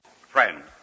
Friend